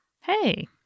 Hey